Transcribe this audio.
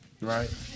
Right